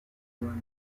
nefs